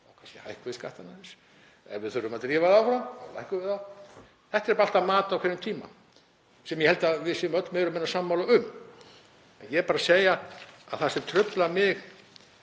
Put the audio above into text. Þá kannski hækkum við skattana aðeins. Ef við þurfum að drífa það áfram þá lækkum við þá. Þetta er alltaf mat á hverjum tíma sem ég held að við séum öll meira og minna sammála um. Ég er bara að segja að það sem truflar mig